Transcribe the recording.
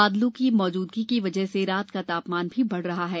बादलों की मौजूदगी की वजह से रात का तापमान बढ़ भी रहा है